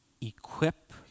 equip